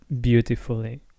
beautifully